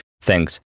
Thanks